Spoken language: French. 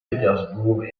pétersbourg